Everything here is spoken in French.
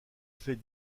fait